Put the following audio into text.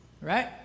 right